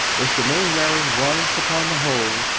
mr. mainwaring was, upon the whole,